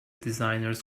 designers